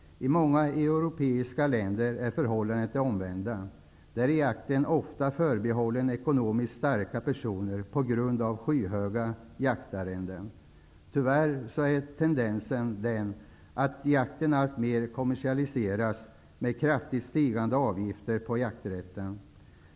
I många europeiska länder är förhållandet det omvända. Där är jakten på grund av skyhöga jaktarrenden ofta förbehållen ekonomiskt starka personer. Tyvärr är tendensen den att jakten alltmer kommersialiseras med kraftigt stigande avgifter på jakträtten.